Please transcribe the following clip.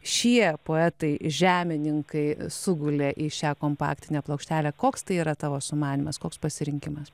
šie poetai žemininkai sugulė į šią kompaktinę plokštelę koks tai yra tavo sumanymas koks pasirinkimas